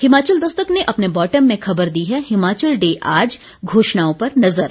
हिमाचल दस्तक ने अपने बॉटम में खबर दी है हिमाचल डे आज घोषणाओं पर नजर